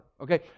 Okay